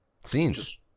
Scenes